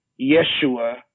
Yeshua